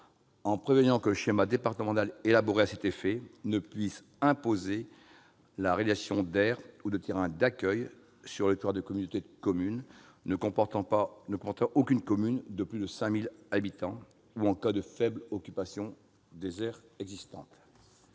en prévoyant que le schéma départemental élaboré à cet effet ne puisse imposer la réalisation d'aires ou de terrains d'accueil sur le territoire de communautés de communes ne comportant aucune commune de plus de 5 000 habitants ou en cas de faible occupation des aires existantes.